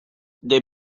they